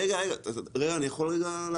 רגע, אני יכול רגע לדבר?